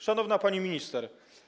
Szanowna Pani Minister!